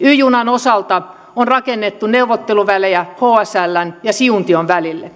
y junan osalta on rakennettu neuvotteluvälejä hsln ja siuntion välille